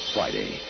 Friday